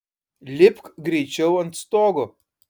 lipk greičiau ant stogo